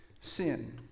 sin